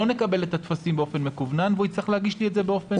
לא נקבל את הטפסים באופן מקוון והוא יצטרך להגיש לי את זה באופן רגיל.